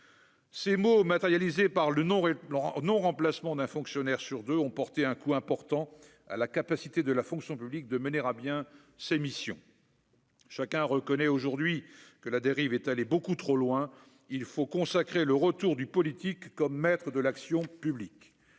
ces mots matérialisée par le nom Laurent non remplacement d'un fonctionnaire sur 2, ont porté un coup important à la capacité de la fonction publique, de mener à bien ses missions. Chacun reconnaît aujourd'hui que la dérive est allé beaucoup trop loin, il faut consacrer le retour du politique comme maître de l'action publique,